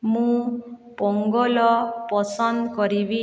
ମୁଁ ପୋଙ୍ଗଲ ପସନ୍ଦ କରିବି